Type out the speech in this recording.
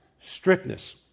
strictness